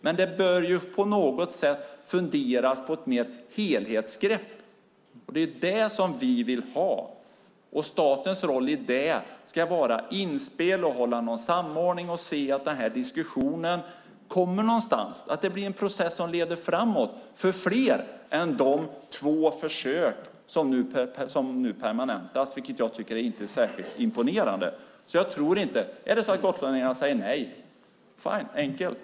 Men man bör ta ett helhetsgrepp. Det är det som vi vill ha. Statens roll i det ska vara inspel, och man ska hålla i en samordning och se att diskussionen kommer någonstans. Det ska bli en process som leder framåt för fler än de två försök som nu permanentas, vilket jag inte tycker är särskilt imponerande. Säger gotlänningarna nej är det fine, enkelt.